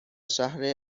شهر